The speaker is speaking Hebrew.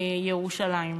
ירושלים.